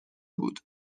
بود